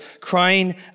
crying